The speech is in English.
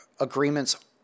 agreements